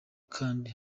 kandi